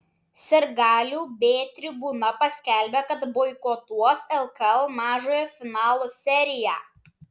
sirgalių b tribūna paskelbė kad boikotuos lkl mažojo finalo seriją